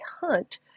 hunt